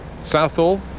southall